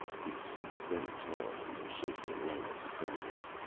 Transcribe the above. he seemed very tall, in the shaking light of the cressets.